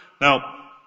Now